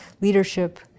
leadership